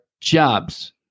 jobs